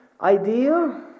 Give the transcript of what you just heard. idea